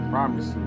Promise